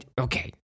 okay